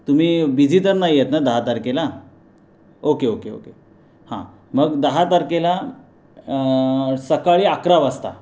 तुम्ही बिझी तर नाही आहेत ना दहा तारखेला ओके ओके ओके हां मग दहा तारखेला सकाळी अकरा वाजता